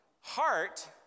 Heart